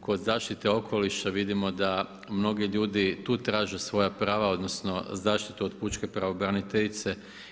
kod zaštite okoliša, vidimo da mnogi ljudi tu traže svoja prava odnosno zaštitu od pučke pravobraniteljice.